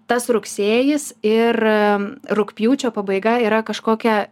tas rugsėjis ir rugpjūčio pabaiga yra kažkokia